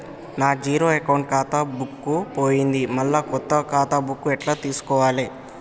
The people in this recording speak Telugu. నా జీరో అకౌంట్ ఖాతా బుక్కు పోయింది మళ్ళా కొత్త ఖాతా బుక్కు ఎట్ల తీసుకోవాలే?